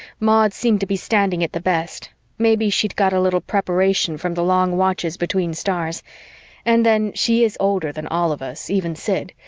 maud seemed to be standing it the best maybe she'd got a little preparation from the long watches between stars and then she is older than all of us, even sid,